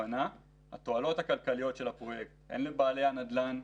התועלות הכלכליות של הפרויקט, הן לבעלי הנדל"ן,